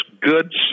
good